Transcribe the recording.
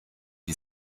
die